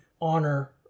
honor